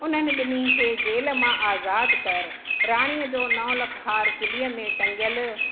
उन्हनि ॿिन्ही खे जेल मां आज़ाद कर राणीअ जो नौ लख हार किलीअ में टंगियलु